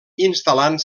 instal·lant